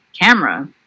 camera